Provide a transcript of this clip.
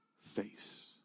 face